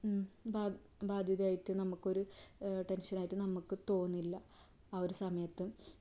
ബാധ്യത ആയിട്ട് നമുക്കൊരു ടെൻഷനായിട്ട് നമുക്ക് തോന്നില്ല ആ ഒരു സമയത്ത്